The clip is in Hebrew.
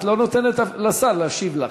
את לא נותנת לשר להשיב לך.